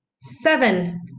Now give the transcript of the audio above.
Seven